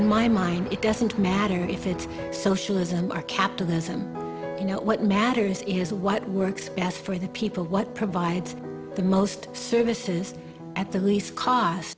in my mind it doesn't matter if it's socialism or capitalism what matters is what works best for the people what provides the most services at the least cost